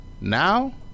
Now